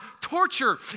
torture